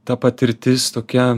ta patirtis tokia